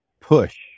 push